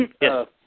Yes